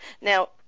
now